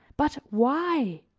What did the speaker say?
but why?